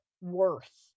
worth